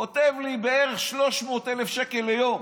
כותב לי: בערך 300,000 שקל ליום.